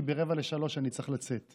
כי ב-14:45 אני צריך לצאת.